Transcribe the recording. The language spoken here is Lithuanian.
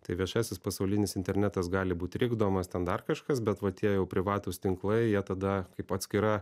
tai viešasis pasaulinis internetas gali būt trikdomas ten dar kažkas bet va tie jau privatūs tinklai jie tada kaip atskira